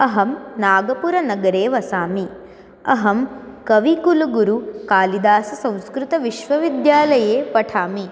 अहं नागपुरनगरे वसामि अहं कविकुलगुरु कालिदाससंस्कृतविश्वविद्यालये पठामि